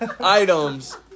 items